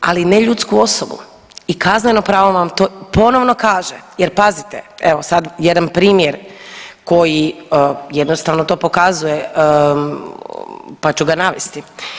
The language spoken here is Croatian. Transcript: Ali ne ljudsku osobu i kazneno pravo vam to ponovno kaže jer pazite, evo sad jedan primjer koji jednostavno to pokazuje, pa ću ga navesti.